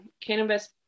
cannabis